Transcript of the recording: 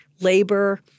labor